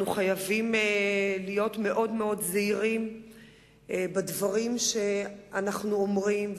אנחנו חייבים להיות זהירים מאוד בדברים שאנחנו אומרים.